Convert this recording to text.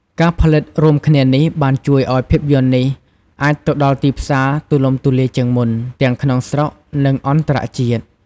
ការផលិតរួមគ្នានេះបានជួយឱ្យភាពយន្តនេះអាចទៅដល់ទីផ្សារទូលំទូលាយជាងមុន ទាំងក្នុងស្រុក និងអន្តរជាតិ ។